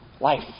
Life